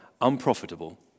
unprofitable